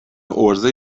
عرضه